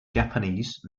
japanese